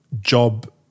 job